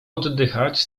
oddychać